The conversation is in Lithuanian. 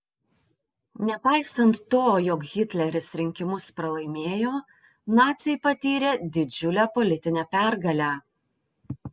nepaisant to jog hitleris rinkimus pralaimėjo naciai patyrė didžiulę politinę pergalę